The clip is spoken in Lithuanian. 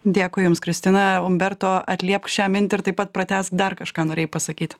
dėkui jums kristina umberto atliepk šią mintį ir taip pat pratęsk dar kažką norėjai pasakyti